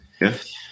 Yes